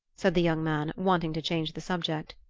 said the young man, wanting to change the subject.